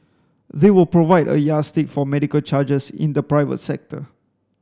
they will provide a yardstick for medical charges in the private sector